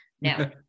Now